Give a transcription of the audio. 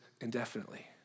indefinitely